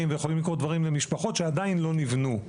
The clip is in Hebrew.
ויכולים לקרות דברים למשפחות שעדיין לא נבנו.